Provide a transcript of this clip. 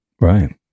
Right